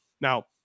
Now